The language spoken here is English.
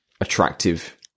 attractive